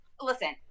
listen